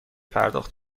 پرداخت